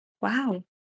Wow